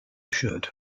shirt